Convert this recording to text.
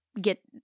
get